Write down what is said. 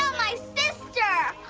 my sister.